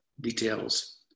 details